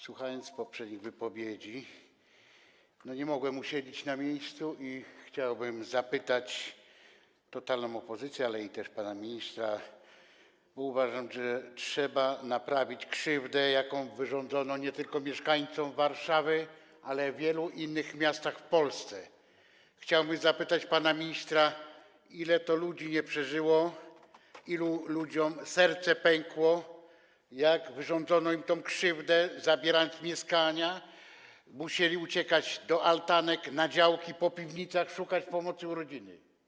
Słuchając poprzednich wypowiedzi, nie mogłem usiedzieć na miejscu i chciałbym zapytać totalną opozycję, ale też pana ministra, bo uważam, że trzeba naprawić krzywdę, jaką wyrządzono mieszkańcom nie tylko Warszawy, ale też wielu innych miast w Polsce, chciałbym zapytać pana ministra, ilu to ludzi nie przeżyło, ilu ludziom serce pękło, jak wyrządzano im tę krzywdę, zabierając mieszkania, i musieli uciekać do altanek, na działki, po piwnicach, szukać pomocy u rodziny.